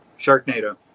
Sharknado